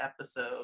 episode